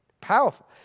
Powerful